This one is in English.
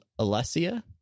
Alessia